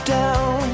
down